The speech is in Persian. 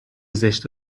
زشت